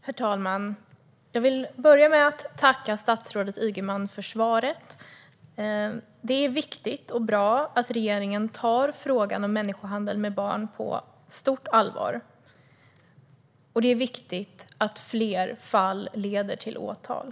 Herr talman! Jag vill börja med att tacka statsrådet Ygeman för svaret. Det är viktigt och bra att regeringen tar frågan om människohandel med barn på stort allvar, och det är viktigt att fler fall leder till åtal.